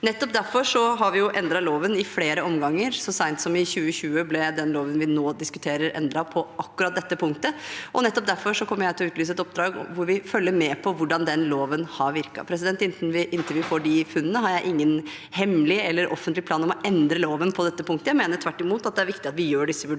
Nettopp derfor har vi endret loven i flere omganger. Så sent som i 2020 ble den loven vi nå diskuterer, endret på akkurat dette punktet, og nettopp derfor kommer jeg til å utlyse et oppdrag hvor vi følger med på hvordan loven har virket. Inntil vi får de funnene, har jeg ingen hemmelig eller offentlig plan om å endre loven på dette punktet. Jeg mener tvert imot at det er viktig at vi gjør disse vurderingene